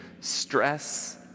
stress